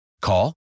Call